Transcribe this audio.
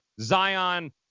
Zion